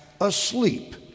asleep